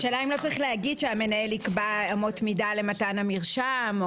השאלה היא אם לא צריך להגיד שהמנהל יקבע אמות מידה למתן המרשם.